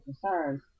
concerns